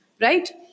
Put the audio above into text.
right